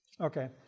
Okay